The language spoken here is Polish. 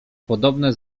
podobne